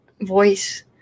voice